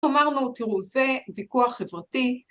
אמרנו תראו זה ויכוח חברתי.